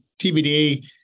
TBD